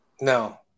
No